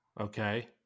Okay